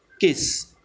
Kiss